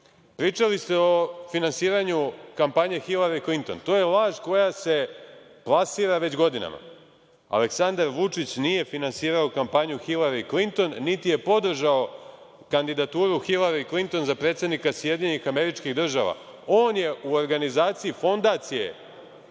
ste o finansiranju kampanje Hilari Klinton, to je laž koja se plasira već godinama. Aleksandar Vučić nije finansirao kampanju Hilari Klinton, niti je podržao kandidaturu Hilari Klinton za predsednika SAD. On je u organizaciji Fondacije